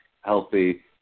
healthy